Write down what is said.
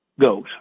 goes